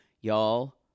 Y'all